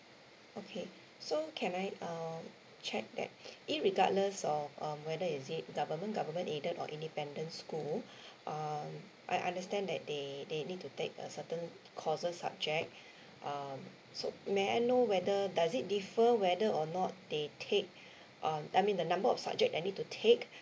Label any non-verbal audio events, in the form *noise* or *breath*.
okay so can I err check that irregardless of um whether is it government government aided or independent school *breath* um I understand that they they need to take a certain courses subject um so may I know whether does it defer whether or not they take um I mean the number of subject I need to take